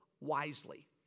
wisely